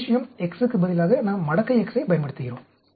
ஒரே விஷயம் x க்கு பதிலாக நாம் மடக்கை x ஐப் பயன்படுத்துகிறோம்